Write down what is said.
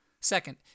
Second